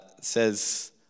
says